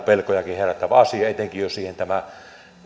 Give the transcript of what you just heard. pelkojakin herättävä asia etenkin jos